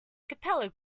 capella